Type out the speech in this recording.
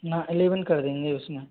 ना इलेवन कर देंगे उसमें